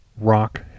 rock